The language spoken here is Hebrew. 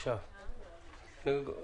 לא לזה הם מיועדים.